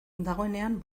dagoenean